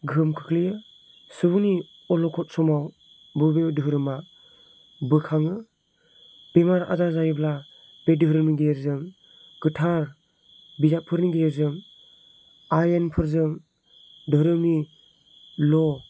गोहोम खोख्लैयो सुबुंनि अलखद समाव बबेबा धोरोमा बोखाङो बेमार आजार जायोब्ला बे धोरोमगिरिजों गोथार बिजाबफोरनि गेजेरजों आयेनफोरजों धोरोमनिल'